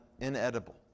inedible